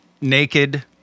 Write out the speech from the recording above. naked